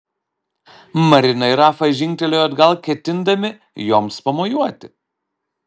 marina ir rafa žingtelėjo atgal ketindami joms pamojuoti